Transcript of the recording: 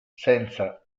senza